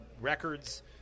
records